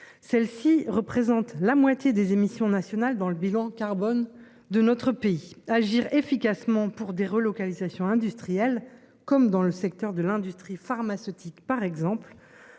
Celles-ci représentent la moitié des émissions nationales dans le bilan carbone de notre pays agir efficacement pour des relocalisations industrielles comme dans le secteur de l'industrie pharmaceutique par exemple